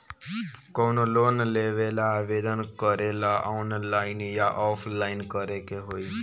कवनो लोन लेवेंला आवेदन करेला आनलाइन या ऑफलाइन करे के होई?